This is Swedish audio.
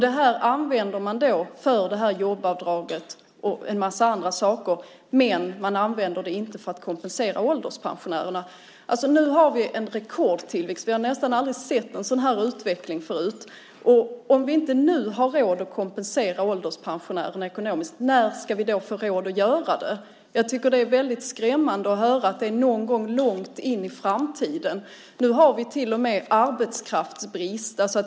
Detta använder man för det här jobbavdraget och en massa andra saker men man använder det inte för att kompensera ålderspensionärerna. Nu har vi en rekordtillväxt. Vi har nästan aldrig sett en sådan här utveckling förut. Om vi inte nu har råd att kompensera ålderspensionärerna ekonomiskt, när ska vi då få råd att göra det? Jag tycker att det är väldigt skrämmande att höra att det är någon gång långt in i framtiden. Nu har vi till och med arbetskraftsbrist.